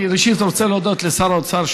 אני ראשית רוצה להודות לשר האוצר,